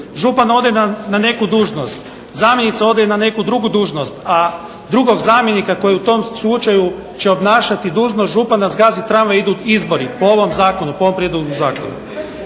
Župan ode na neku dužnost, zamjenica ode na neku drugu dužnost, a drugog zamjenika koji u tom slučaju će obnašati dužnost župana zgazi tramvaj idu izbori, po ovom Zakonu, po ovom prijedlogu zakona.